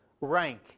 rank